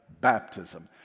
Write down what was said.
Baptism